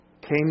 came